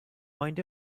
mind